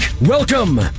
Welcome